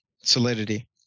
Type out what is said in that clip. solidity